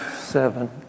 seven